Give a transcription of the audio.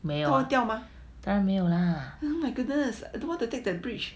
oh my goodness I don't want to take the bridge